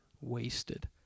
wasted